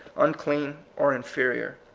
unclean, or inferior.